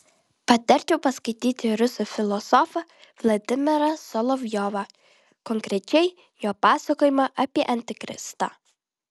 patarčiau paskaityti rusų filosofą vladimirą solovjovą konkrečiai jo pasakojimą apie antikristą